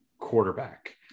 quarterback